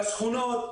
בשכונות,